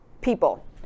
people